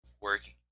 working